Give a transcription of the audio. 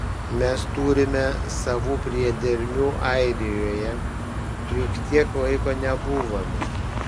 mes turime savų priedermių airijoje juk tiek laiko nebuvome